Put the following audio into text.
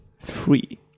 free